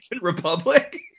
Republic